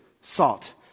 salt